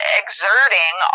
exerting